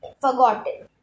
forgotten